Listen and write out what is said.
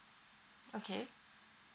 okay